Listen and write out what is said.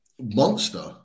Monster